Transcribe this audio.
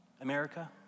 America